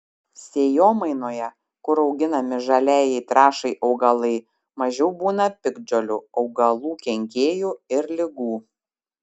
sėjomainoje kur auginami žaliajai trąšai augalai mažiau būna piktžolių augalų kenkėjų ir ligų